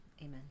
Amen